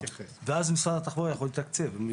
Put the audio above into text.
ואז משרד התחבורה יכול לתקצב.